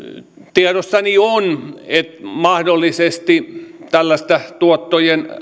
tiedossani on että mahdollisesti tällaista tuottojen